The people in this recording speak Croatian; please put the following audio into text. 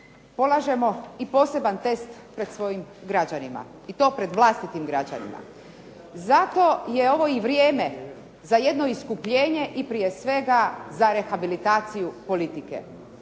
polažemo i poseban test pred svojim građanima, i to pred vlastitim građanima. Zato je ovo i vrijeme za jedno iskupljenje i prije svega za rehabilitaciju politike,